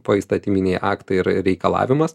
poįstatyminiai aktai ir reikalavimas